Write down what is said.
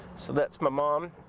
so that's my mom.